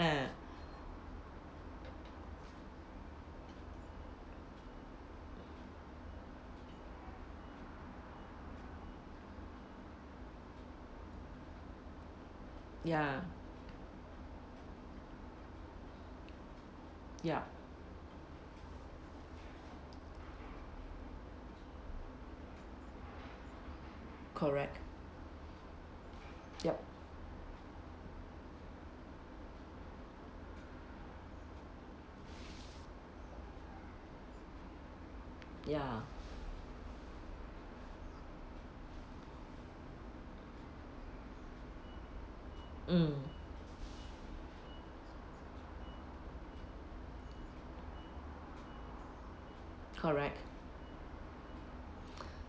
ya ya correct yup ya mm correct